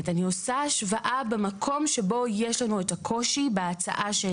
אני עושה השוואה במקום שבו יש לנו את הקושי בהצעה שנתנה הוועדה.